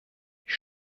ich